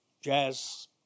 jazz